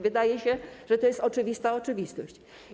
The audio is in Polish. Wydaje się, że to jest oczywista oczywistość.